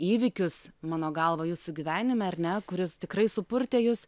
įvykius mano galva jūsų gyvenime ar ne kuris tikrai supurtė jus